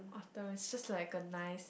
those it is like a nice